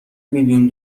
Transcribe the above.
میلیون